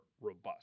robust